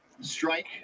strike